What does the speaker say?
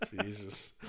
Jesus